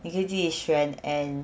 你可以自己选 and